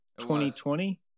2020